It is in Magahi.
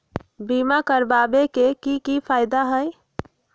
बीमा करबाबे के कि कि फायदा हई?